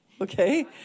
okay